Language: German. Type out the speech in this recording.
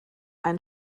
ein